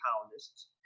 colonists